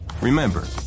Remember